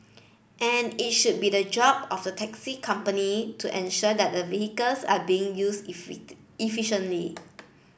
and it should be the job of the taxi company to ensure that the vehicles are being used efficiently